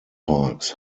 parks